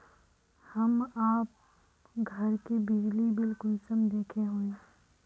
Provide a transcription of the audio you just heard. हम आप घर के बिजली बिल कुंसम देखे हुई?